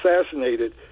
assassinated